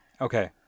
Okay